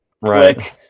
right